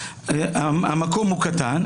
המקום הוא קטן,